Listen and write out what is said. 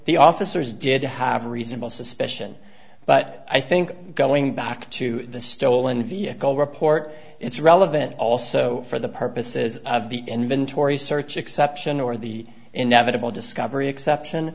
the officers did have a reasonable suspicion but i think going back to the stolen vehicle report it's relevant also for the purposes of the inventory search exception or the inevitable discovery exception